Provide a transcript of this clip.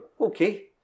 Okay